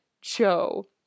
Joe